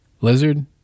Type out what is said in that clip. lizard